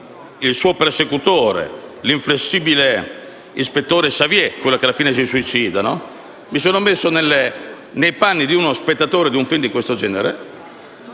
il suo persecutore, l'inflessibile ispettore che alla fine si suicida. Mi sono messo nei panni di uno spettatore di un film di questo genere